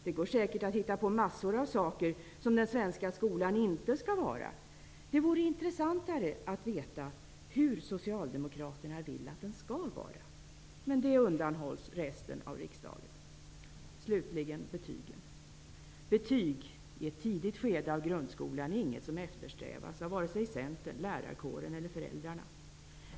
Det går säkert att hitta på massor av saker som den svenska skolan inte skall vara. Intressantare vore att få veta hur Socialdemokraterna vill att den skall vara. Men detta undanhålls resten av riksdagen. Slutligen, betygen. Betyg i ett tidigt skede av grundskolan är inget som eftersträvas av vare sig Centern, lärarkåren eller föräldrarna.